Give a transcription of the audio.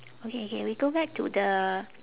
okay okay we go back to the